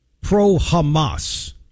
Pro-Hamas